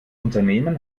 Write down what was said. unternehmen